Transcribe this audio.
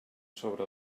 sobre